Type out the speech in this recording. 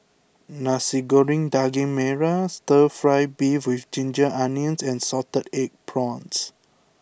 Nasi Goreng Daging Merah Stir Fry Beef with Ginger Onions and Salted Egg Prawns